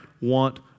want